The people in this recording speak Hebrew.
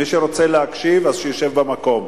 מי שרוצה להקשיב אז שישב במקום.